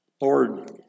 Lord